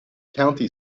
county